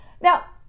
Now